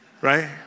Right